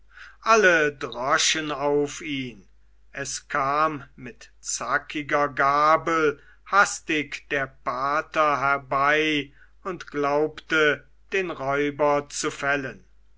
alle schlugen auf ihn es kam mit zackiger gabel hastig der pater herbei und glaubte den räuber zu fällen